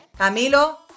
Camilo